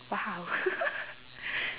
!wow!